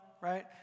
Right